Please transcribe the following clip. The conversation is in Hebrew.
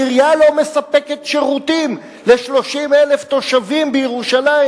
העירייה לא מספקת שירותים ל-30,000 תושבים בירושלים,